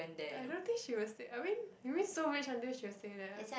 ya I don't think she will say I mean you mean so rage until she'll say that ah